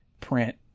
print